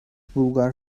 bulgar